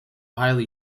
highly